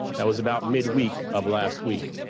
that was about midweek of last week.